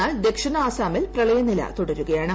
എന്നാൽ ദക്ഷിണ അസാമിൽ പ്രളയനില തുടരുകയാണ്